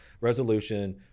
resolution